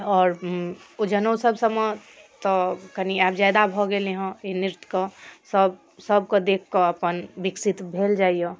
आओर ओ जनउ सभ सभमे तऽ कनि आब जादा भऽ गेलैहँ एहि नृत्य कऽ सभ सभकऽ देखिकऽ अपन बिकसित भेल जाइए